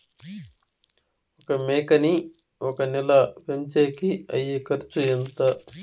ఒక మేకని ఒక నెల పెంచేకి అయ్యే ఖర్చు ఎంత?